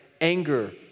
Anger